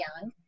young